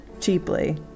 cheaply